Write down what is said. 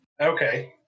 okay